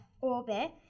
orbit